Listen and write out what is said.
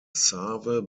save